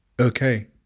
Okay